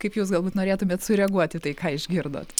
kaip jūs galbūt norėtumėt sureaguoti į tai ką išgirdot